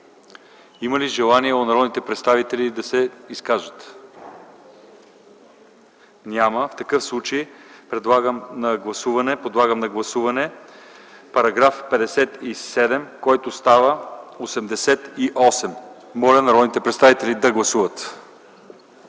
Има ли желаещи народни представители да се изкажат? Няма. Подлагам на гласуване § 57, който става § 88. Моля народните представители да гласуват.